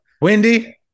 Wendy